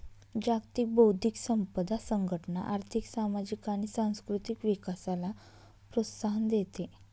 जागतिक बौद्धिक संपदा संघटना आर्थिक, सामाजिक आणि सांस्कृतिक विकासाला प्रोत्साहन देते